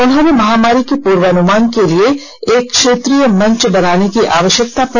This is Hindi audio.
उन्होंने महामारी के पूर्वानुमान के लिए एक क्षेत्रीय मंच बनाने की आवश्यकता पर जोर दिया